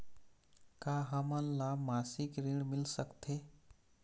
का हमन ला मासिक ऋण मिल सकथे?